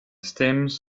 stems